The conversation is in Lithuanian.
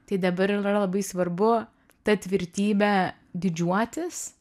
tai dabar yra labai svarbu ta tvirtybe didžiuotis